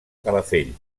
calafell